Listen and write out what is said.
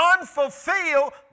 unfulfilled